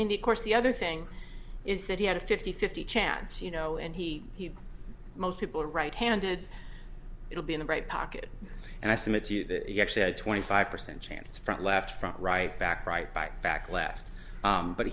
mean the course the other thing is that he had a fifty fifty chance you know and he he most people are right handed it'll be in the right pocket and i submit to you that he actually had twenty five percent chance front left front right back right back back left